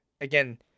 Again